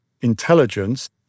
intelligence